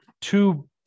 two